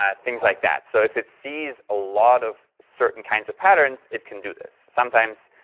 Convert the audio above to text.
ah things like that. so if it sees a lot of certain kinds of patterns, it can do this. sometimes